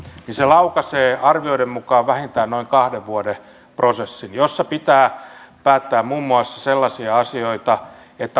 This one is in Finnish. se laukaisee arvioiden mukaan vähintään noin kahden vuoden prosessin jossa pitää päättää muun muassa sellaisia asioita